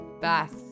bath